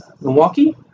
Milwaukee